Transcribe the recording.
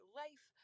life